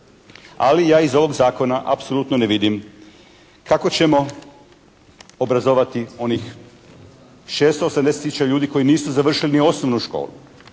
Ali ja iz ovog zakona apsolutno ne vidim kako ćemo obrazovati onih 680 tisuća ljudi koji nisu završili ni osnovnu školu,